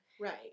Right